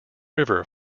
river